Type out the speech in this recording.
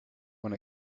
when